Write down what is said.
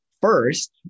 first